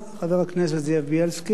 חבר הכנסת זאב בילסקי,